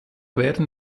werden